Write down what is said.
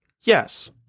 Yes